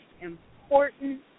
important